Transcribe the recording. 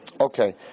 Okay